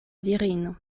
virino